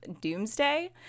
Doomsday